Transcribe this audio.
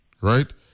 Right